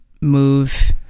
move